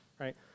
right